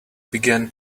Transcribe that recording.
began